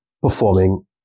performing